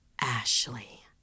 Ashley